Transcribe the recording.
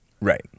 Right